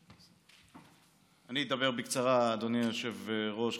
אני אדבר בקצרה, אדוני היושב-ראש.